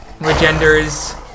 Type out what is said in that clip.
Regender's